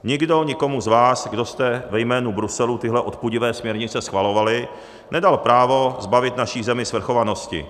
Nikdo nikomu z vás, kdo jste ve jménu Bruselu tyhle odpudivé směrnice schvalovali, nedal právo zbavit naši zemi svrchovanosti.